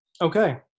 Okay